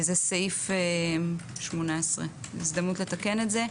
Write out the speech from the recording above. זה סעיף 18. הזדמנות לתקן את זה.